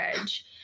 edge